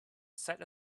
sat